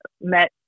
met